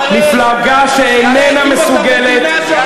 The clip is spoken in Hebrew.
מפלגה שאיננה מסוגלת,